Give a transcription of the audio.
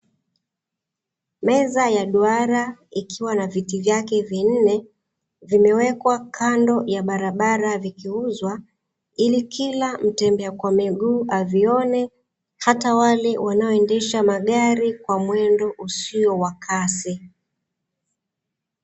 Meza ya duara ikiwa na viti vyake vinne viewekwa kando ya barabara vikiuzwa, ili kila mtembea kwa miguu avione hata wale wanao endesha magari kwa mwendo usio wa kasi.